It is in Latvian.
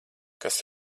kas